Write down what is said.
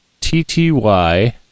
tty